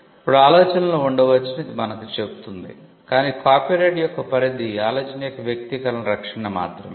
ఇప్పుడు ఆలోచనలు ఉండవచ్చని ఇది మనకు చెబుతుంది కాని కాపీరైట్ యొక్క పరిధి ఆలోచన యొక్క వ్యక్తీకరణల రక్షణ మాత్రమే